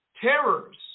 terrors